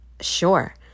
Sure